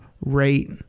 right